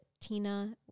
Tina